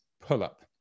pull-up